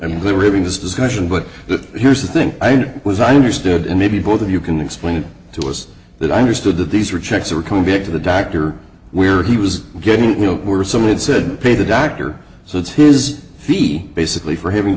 we were having this discussion but if here's the thing i did was i understood and maybe both of you can explain it to us that i understood that these were checks are coming back to the doctor where he was getting you know were some would said pay the doctor so it's his fee basically for having